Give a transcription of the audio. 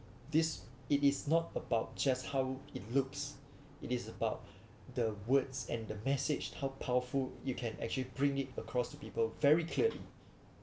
this it is not about just how it looks it is about the words and the message how powerful you can actually bring it across to people very clearly